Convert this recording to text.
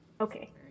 Okay